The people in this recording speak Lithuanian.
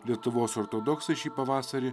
lietuvos ortodoksai šį pavasarį